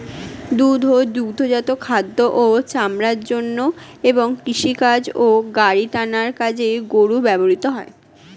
দুধ ও দুগ্ধজাত খাদ্য ও চামড়ার জন্য এবং কৃষিকাজ ও গাড়ি টানার কাজে গরু ব্যবহৃত হয়